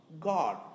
God